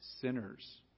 Sinners